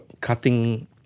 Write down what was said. cutting